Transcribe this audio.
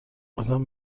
ادم